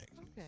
Okay